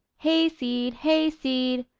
hayseed! hayseed!